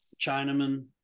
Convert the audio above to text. Chinaman